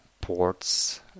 ports